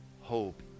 hope